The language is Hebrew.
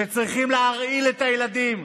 שצריכים להרעיל את הילדים,